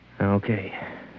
Okay